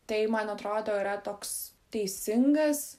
tai man atrodo yra toks teisingas